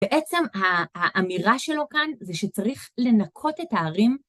בעצם האמירה שלו כאן זה שצריך לנקות את הערים